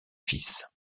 fils